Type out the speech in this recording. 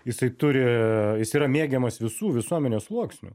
jisai turi jis yra mėgiamas visų visuomenės sluoksnių